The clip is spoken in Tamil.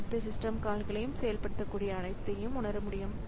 அனைத்து சிஸ்டம் கால்களையும் செயல்படுத்தக் கூடிய அனைத்தையும் உணரமுடியும்